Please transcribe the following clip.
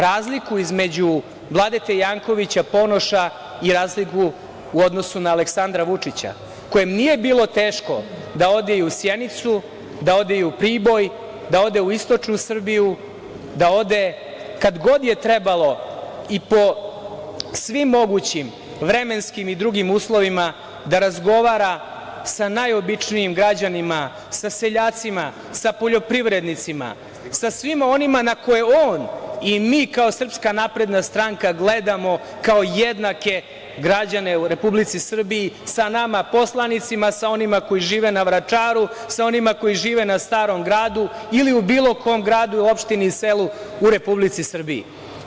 Razliku između Vladete Jankovića, Ponoša i razliku u odnosu na Aleksandra Vučića kojem nije bilo teško da ode i u Sjenicu, da ode i u Priboj, da ode u istočnu Srbiju, da ode kada god je trebalo i po svim mogućim vremenskim i drugim uslovima da razgovara sa najobičnijim građanima, sa seljacima, sa poljoprivrednicima, sa svima onima na koje on i mi kao SNS gledamo kao jednake građane u Republici Srbiji sa nama poslanicima, sa onima koji žive na Vračaru, sa onima koji žive na Starom Gradu ili u bilo kom gradu, opštini, selu u Republici Srbiji.